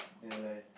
and like